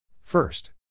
First